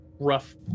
rough